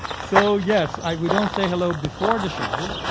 so yes, we don't say hello before the show.